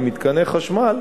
ממתקני חשמל,